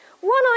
one